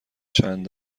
چند